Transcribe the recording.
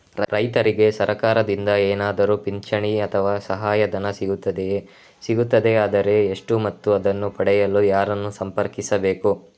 ರೈತರಿಗೆ ಸರಕಾರದಿಂದ ಏನಾದರೂ ಪಿಂಚಣಿ ಅಥವಾ ಸಹಾಯಧನ ಸಿಗುತ್ತದೆಯೇ, ಸಿಗುತ್ತದೆಯಾದರೆ ಎಷ್ಟು ಮತ್ತು ಅದನ್ನು ಪಡೆಯಲು ಯಾರನ್ನು ಸಂಪರ್ಕಿಸಬೇಕು?